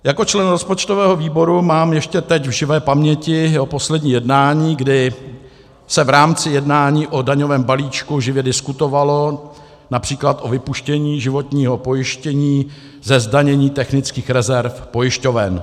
Jako člen rozpočtového výboru mám ještě teď v živé paměti jeho poslední jednání, kdy se v rámci jednání o daňovém balíčku živě diskutovalo např. o vypuštění životního pojištění ze zdanění technických rezerv pojišťoven.